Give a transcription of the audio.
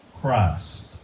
Christ